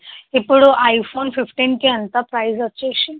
ఇప్పుడు ఐఫోన్ ఫిఫ్టీన్కి ఎంత ప్రైజ్ వచ్చేసి